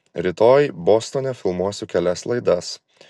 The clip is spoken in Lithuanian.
rytoj bostone filmuosiu kelias laidas